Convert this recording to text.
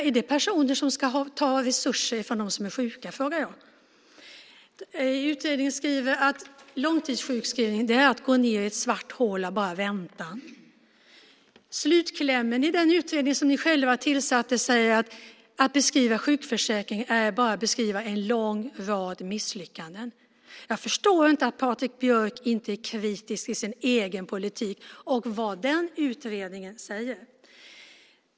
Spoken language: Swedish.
Är det personer som ska ta resurser från dem som är sjuka? Det undrar jag. Utredningen säger att långtidssjukskrivning är att gå ned i ett svart hål av bara väntan. Slutklämmen i den utredning som ni själva tillsatte säger: Att beskriva sjukförsäkringen är att bara beskriva en lång rad misslyckanden. Jag förstår inte att Patrik Björck inte är kritisk till sin egen politik och till vad den egna utredningen säger.